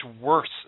worse